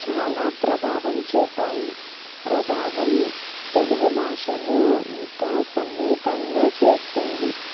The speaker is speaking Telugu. చాలా ప్రభావం చూపాయి ప్రభావం తెలుగు భాషను ఇంకా సన్నిహితంగా చేస్తుంది